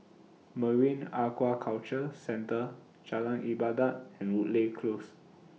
Marine Aquaculture Centre Jalan Ibadat and Woodleigh Close